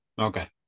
Okay